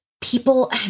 people